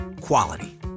Quality